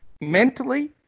mentally